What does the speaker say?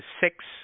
six